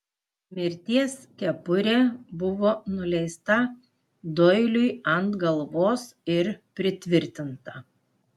mirties kepurė buvo nuleista doiliui ant galvos ir pritvirtinta